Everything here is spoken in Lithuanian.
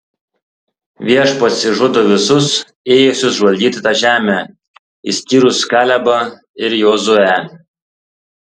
viešpats išžudo visus ėjusius žvalgyti tą žemę išskyrus kalebą ir jozuę